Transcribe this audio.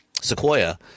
sequoia